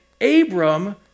Abram